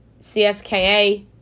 CSKA